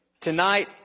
Tonight